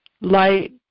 light